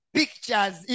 pictures